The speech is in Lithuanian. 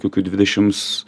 kokių dvidešims